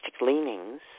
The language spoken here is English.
leanings